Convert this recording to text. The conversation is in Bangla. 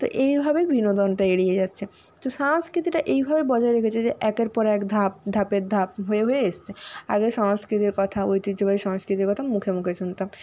তো এইভাবেই বিনোদনটা এড়িয়ে যাচ্ছে তো সংস্কৃতিটা এইভাবে বজায় রেখেছে যে একের পর এক ধাপ ধাপের ধাপ হয়ে হয়ে এসেছে আগে সংস্কৃতির কথা ঐতিহ্যবাহী সংস্কৃতির কথা মুখে মুখে শুনতাম